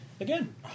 Again